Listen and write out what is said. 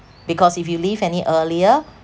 because if you leave any earlier